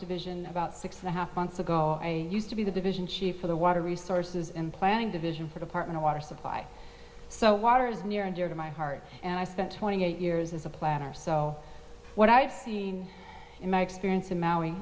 division about six and a half months ago i used to be the division chief for the water resources in planning division for the partner water supply so water is near and dear to my heart and i spent twenty eight years as a planner so what i've seen in my experience in mowing